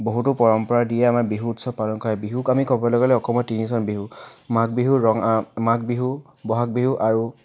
বহুতো পৰম্পৰা দি আমাৰ বিহু উৎসৱ পালন কৰা হয় বিহুক আমি ক'বলৈ গ'লে অসমৰ তিনিজন বিহু মাঘ বিহু ৰঙা মাঘ বিহু বহাগ বিহু আৰু